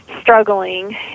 struggling